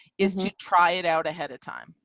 is to try it out ahead of time.